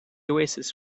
oasis